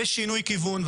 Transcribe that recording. יש שינוי כיוון,